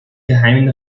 geheimen